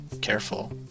careful